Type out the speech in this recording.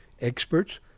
experts